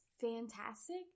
fantastic